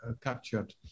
captured